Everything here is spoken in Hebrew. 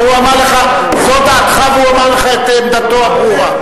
זו דעתך, והוא אמר לך את עמדתו הברורה.